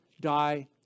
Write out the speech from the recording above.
die